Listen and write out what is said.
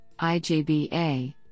IJBA